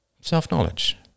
self-knowledge